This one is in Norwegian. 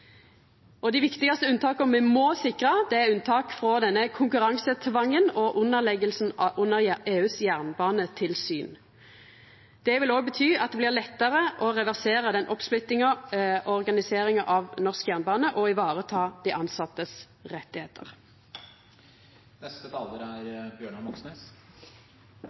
Dei viktigaste unntaka me må sikra, er unntak frå denne konkurransetvangen og underlegginga under EUs jernbanetilsyn. Det vil òg bety at det blir lettare å reversera den oppsplittinga og organiseringa av norsk jernbane og å vareta rettane til dei